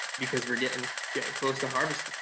because we're getting getting close to harvest time.